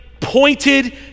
pointed